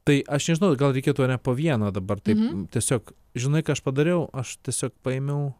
tai aš nežinau gal reikėtų a ne po vieną dabar taip tiesiog žinai ką aš padariau aš tiesiog paėmiau